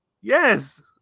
Yes